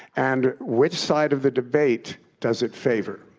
and which side of the debate does it favor?